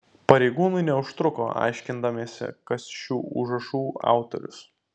pareigūnai neužtruko aiškindamiesi kas šių užrašų autorius